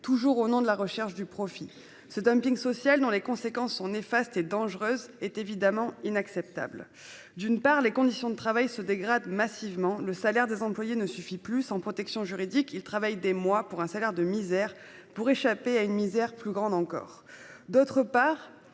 toujours au nom de la recherche du profit. Ce dumping social, dont les conséquences sont néfastes et dangereuses, est évidemment inacceptable. D'une part, les conditions de travail se dégradent massivement. Leurs salaires ne leur suffisant plus, et parce qu'ils ne bénéficient d'aucune protection juridique, les employés travaillent des mois pour un salaire de misère afin d'échapper à une misère plus grande encore. D'autre part,